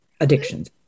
addictions